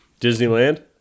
disneyland